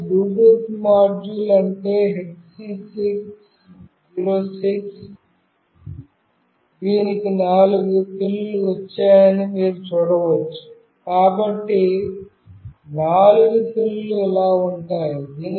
ఇది Bluetooth module అంటే HC 06 దీనికి నాలుగు పిన్లు వచ్చాయని మీరు చూడవచ్చు కాబట్టి నాలుగు పిన్లు ఇలా ఉంటాయి